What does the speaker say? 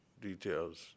Details